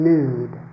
Nude